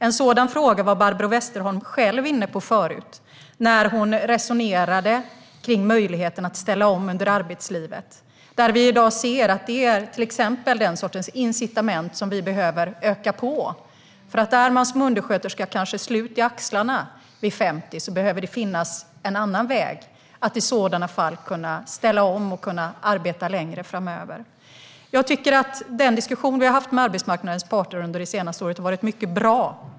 En sådan fråga var Barbro Westerholm själv inne på tidigare när hon resonerade kring möjligheten att ställa om under arbetslivet. I dag ser vi att det är till exempel den sortens incitament vi behöver öka på. Är man som undersköterska kanske slut i axlarna vid 50 behöver det nämligen finnas en annan väg för att kunna ställa om och arbeta längre. Jag tycker att den diskussion vi har haft med arbetsmarknadens parter under det senaste året har varit mycket bra.